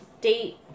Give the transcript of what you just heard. date